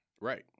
Right